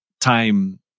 time